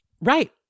Right